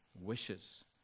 wishes